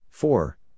Four